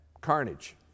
carnage